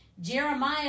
Jeremiah